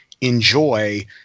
enjoy